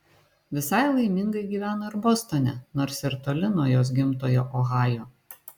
visai laimingai gyveno ir bostone nors ir toli nuo jos gimtojo ohajo